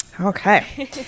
Okay